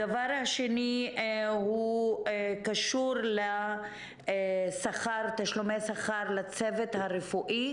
הדבר השני קשור לתשלומי שכר לצוות הרפואי.